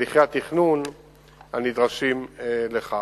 והליכי התכנון הנדרשים לכך.